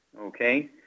Okay